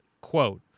Quote